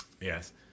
Yes